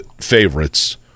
favorites